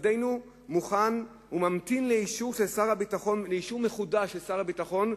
"משרדנו מוכן וממתין לאישור מחודש של שר הביטחון",